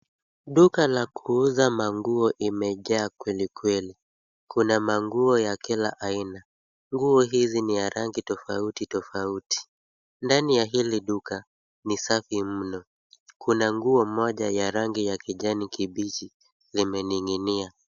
Duka ya kuuza manguo imejaa kweli kweli. Kuna manguo ya kila aina. Nguo hizi ni ya rangi tofauti tofauti. Ndani ya hili duka ni safi mno. Kuna nguo moja ya rangi ya kijani kibichi imening'inia.